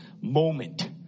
moment